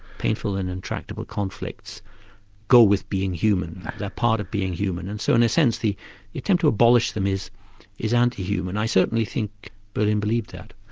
painful and intractable conflicts go with being human, they're part of being human, and so in a sense the attempt to abolish them is is anti-human. i certainly think berlin believed that.